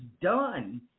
done